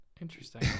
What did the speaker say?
Interesting